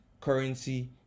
currency